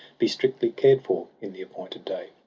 be strictly cared for, in the appointed day.